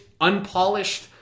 unpolished